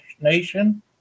Nation